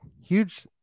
huge